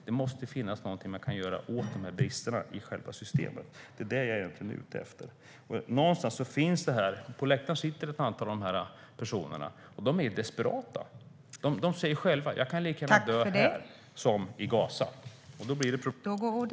Det måste finnas någonting man kan göra åt bristerna i själva systemet. Det är det jag är ute efter. På läktaren sitter ett antal av dessa personer. De är desperata. De säger själva: Jag kan lika gärna dö här som i Gaza.